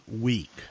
week